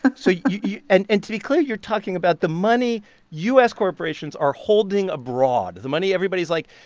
so you you and and to be clear, you're talking about the money u s. corporations are holding abroad, the money everybody's like,